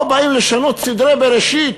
פה באים לשנות סדרי בראשית,